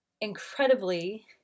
incredibly